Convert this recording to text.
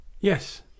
Yes